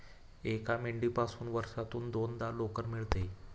एका मेंढीपासून वर्षातून दोनदा लोकर मिळते